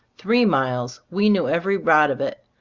three miles, we knew every rod of it.